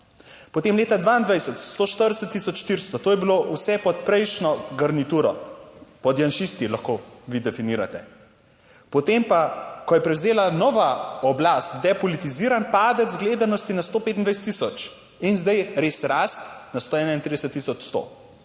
potem leta 2022 140 tisoč 400, to je bilo vse pod prejšnjo garnituro, pod janšisti lahko vi definirate. Potem pa, ko je prevzela nova oblast, depolitiziran padec gledanosti na 125 tisoč 000 in zdaj res rast na 131 tisoč 100,